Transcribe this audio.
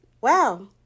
Wow